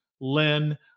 Len